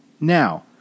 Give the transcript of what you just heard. Now